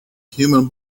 human